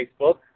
Facebook